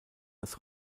das